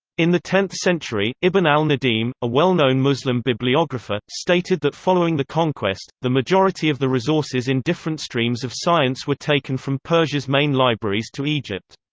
in the tenth century, ibn al-nadim, a well-known muslim bibliographer, stated that following the conquest, the majority of the resources in different streams of science were taken from persia's main libraries to egypt.